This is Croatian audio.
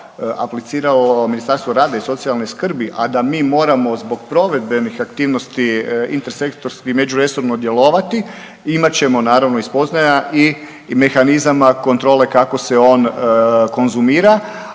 apliciralo Ministarstvo rada i socijalne skrbi, a da mi moramo zbog provedbenih aktivnosti intersektorski međuresorno djelovati imat ćemo naravno i spoznaja i mehanizama kontrole kako se on konzumira.